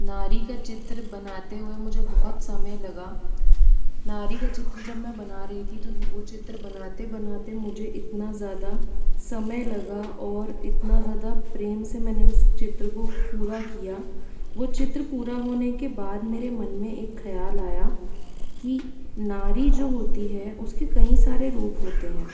नारी का चित्र बनाते हुए मुझे बहुत समय लगा नारी का चित्र जब मैं बना रही थी तो वो चित्र बनाते बनाते मुझे इतना ज़्यादा समय लगा और इतना ज़्यादा प्रेम से मैंने उस चित्र को पूरा किया वो चित्र पूरा होने के बाद मेरे मन में एक ख्याल आया की नारी जो होती है उस के कई सारे रूप होते हैं